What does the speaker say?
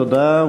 תודה.